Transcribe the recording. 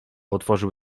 otworzył